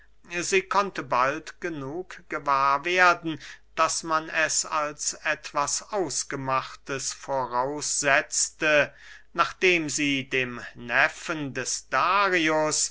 sie konnte bald genug gewahr werden daß man es als etwas ausgemachtes voraussetze nachdem sie dem neffen des darius